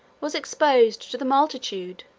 was exposed to the multitude,